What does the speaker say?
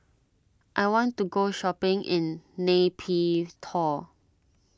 I want to go shopping in Nay Pyi Taw